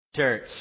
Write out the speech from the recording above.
Church